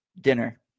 dinner